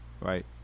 right